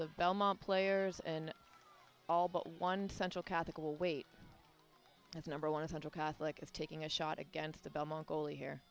the belmont players and all but one central catholic will wait that's number one hundred catholic is taking a shot against the belmont goalie here